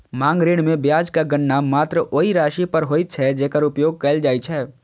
मांग ऋण मे ब्याजक गणना मात्र ओइ राशि पर होइ छै, जेकर उपयोग कैल जाइ छै